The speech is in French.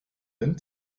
hent